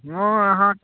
हँ अहाँ